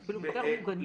הוא פחות מהקהילה.